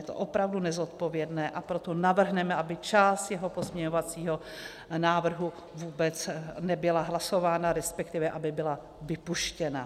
Je to opravdu nezodpovědné, a proto navrhneme, aby část jeho pozměňovacího návrhu vůbec nebyla hlasována, resp. aby byla vypuštěna.